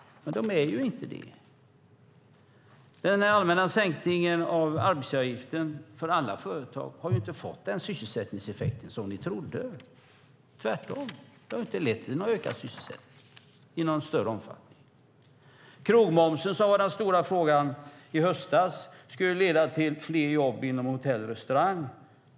Men de är inte det. Den allmänna sänkningen av arbetsgivaravgiften för alla företag har inte fått den sysselsättningseffekt ni trodde. Tvärtom har den inte lett till ökad sysselsättning i någon större omfattning. Krogmomsen var den stora frågan i höstas. Sänkningen av krogmomsen skulle leda till fler jobb inom hotell och restaurang.